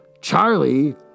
Charlie